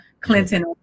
Clinton